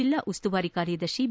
ಜಿಲ್ಲಾ ಉಸ್ತುವಾರಿ ಕಾರ್ಯದರ್ಶಿ ಬಿ